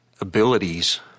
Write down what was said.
abilities